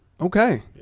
Okay